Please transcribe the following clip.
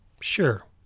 sure